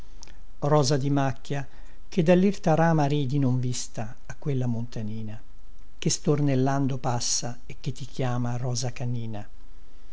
rosa di macchia che dallirta rama ridi non vista a quella montanina che stornellando passa e che ti chiama rosa canina